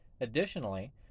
Additionally